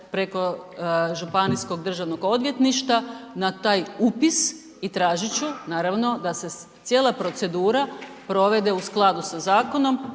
preko Županijskog državnog odvjetništva, na taj upis i tražit ću, naravno da se cijela procedura provede u skladu sa zakonom,